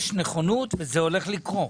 יש נכונות וזה הולך לקרות.